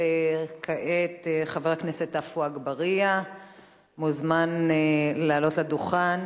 וכעת חבר הכנסת עפו אגבאריה מוזמן לעלות לדוכן.